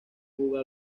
fuga